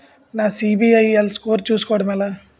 నా సిబిఐఎల్ స్కోర్ చుస్కోవడం ఎలా?